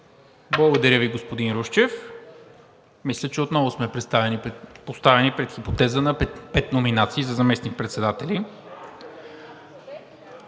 Благодаря Ви, господин Русчев. Мисля, че отново сме поставени пред хипотеза на пет номинации за заместник-председатели: